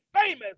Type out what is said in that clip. famous